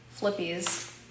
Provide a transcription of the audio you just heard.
flippies